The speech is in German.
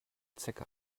zecke